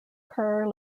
kerr